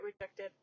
rejected